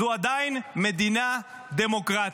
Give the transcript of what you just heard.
זו עדיין מדינה דמוקרטית.